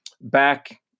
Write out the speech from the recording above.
back